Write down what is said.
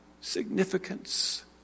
significance